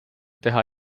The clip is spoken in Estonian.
teha